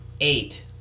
eight